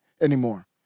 anymore